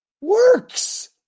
Works